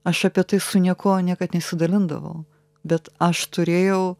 aš apie tai su niekuo niekad nesidalindavau bet aš turėjau